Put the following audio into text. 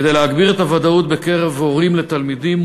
כדי להגביר את הוודאות בקרב הורים לתלמידים,